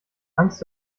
angst